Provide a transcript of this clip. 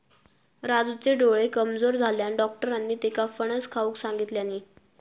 राजूचे डोळे कमजोर झाल्यानं, डाक्टरांनी त्येका फणस खाऊक सांगितल्यानी